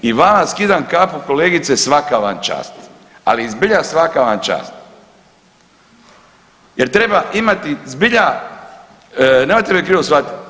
I vama skidam kapu kolegice, svaka vam čast, ali zbilja svaka vam čast jer treba imati zbilja nemojte me krivo shvatiti.